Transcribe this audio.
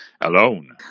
alone